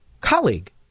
colleague